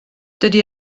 dydy